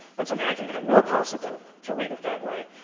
let's imagine that it were possible to read it that way.